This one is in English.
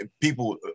people